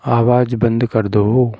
आवाज़ बंद कर दो